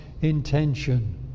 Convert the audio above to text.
intention